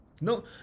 No